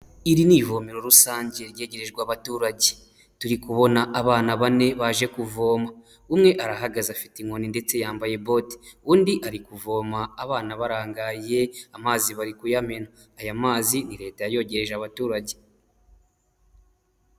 Iri n'ivomero rusange ryegererijwe abaturage turi kubona abana bane baje kuvoma umwe arahagaze afite inkoni ndetse yambaye bote undi arikuvoma abana barangaye amazi bari kuyamena aya mazi leta yogereje abaturage.